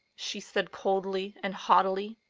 she said coldly and haughtily.